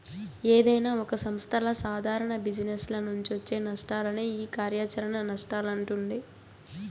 ఏదైనా ఒక సంస్థల సాదారణ జిజినెస్ల నుంచొచ్చే నష్టాలనే ఈ కార్యాచరణ నష్టాలంటుండె